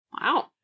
Wow